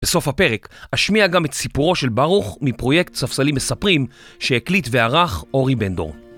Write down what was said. בסוף הפרק אשמיע גם את סיפורו של ברוך מפרויקט ספסלים מספרים שהקליט וערך אורי בנדור.